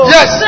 Yes